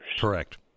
Correct